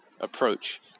approach